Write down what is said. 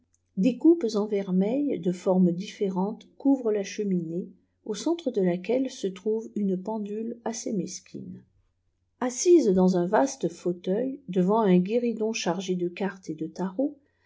des coupes ea vermeil de formes différentes couvrent la cheminée au centre de laquelle se timié une pendule assez mesquine assise dans un vaste fauteuil devant i histoieb dbs soacikrs un guéridon chargé de cartes et de tarots